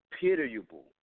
pitiable